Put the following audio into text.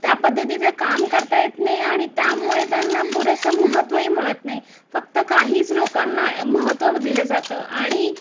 त्या पद्धतीचं काम करता येत नाही आणि त्यामुळे त्यांना पुरेसं महत्त्वही मिळत नाही फक्त काहीच लोकांना महत्त्व दिलं जातं आणि